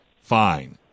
fine